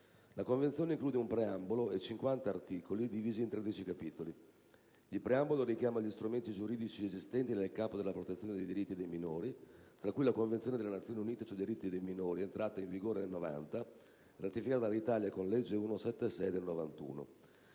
La Convenzione include un preambolo e 50 articoli, divisi in 13 capitoli. Il preambolo richiama gli strumenti giuridici esistenti nel campo della protezione dei diritti dei minori, tra cui la Convenzione delle Nazioni Unite sui diritti del fanciullo, entrata in vigore nel 1990 e ratificata dall'Italia con la legge n. 176 del 1991.